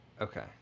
Okay